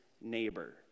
neighbor